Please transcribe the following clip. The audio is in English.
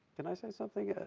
can i say something,